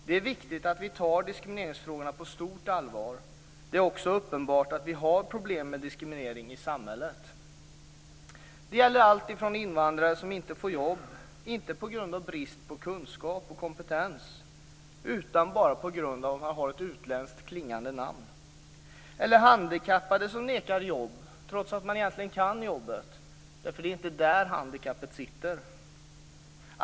Det är viktigt att vi tar diskrimineringsfrågorna på stort allvar. Det är också uppenbart att vi har problem med diskriminering i samhället. Det gäller t.ex. invandrare som inte får jobb, inte på grund av brist på kunskap eller kompetens utan bara på grund av att de har ett utländskt klingande namn, eller handikappade som nekas jobb trots att de egentligen kan jobbet; det är inte där handikappet sitter.